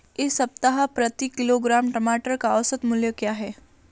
इस सप्ताह प्रति किलोग्राम टमाटर का औसत मूल्य क्या है?